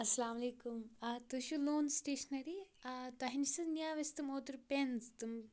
اَسَلامُ علیکُم آ تُہۍ چھِو لون سِٹٮ۪شنٔری آ تۄہہِ نِش حظ نِیو اَسہِ تم اوترٕ پٮ۪نز تم